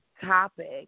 topic